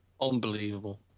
Unbelievable